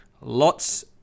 lots